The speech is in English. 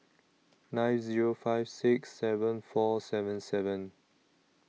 nine Zero five six seven four seven seven